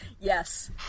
Yes